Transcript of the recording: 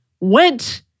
Went